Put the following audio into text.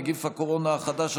נגיף הקורונה החדש),